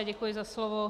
Děkuji za slovo.